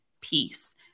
Peace